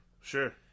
Sure